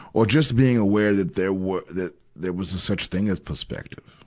or just being aware that there were, that there was a such thing as perspective,